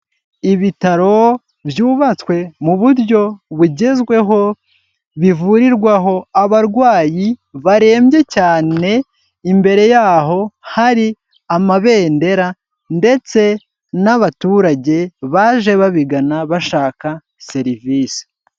Ibitaro byubatswe mu buryo bugezweho bivurirwaho abarwayi barembye cyane ,imbere yaho hari amabendera ndetse n'abaturage baje babigana bashaka serivisi.